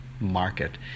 market